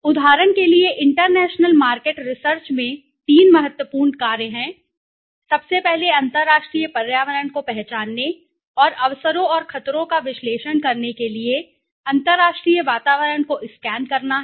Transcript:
उदाहरण के लिए इंटरनेशनल मार्केट रिसर्च में तीन महत्वपूर्ण कार्य हैं सबसे पहले अंतरराष्ट्रीय पर्यावरण को पहचानने और अवसरों और खतरों का विश्लेषण करने के लिए अंतर्राष्ट्रीय वातावरण को स्कैन करना है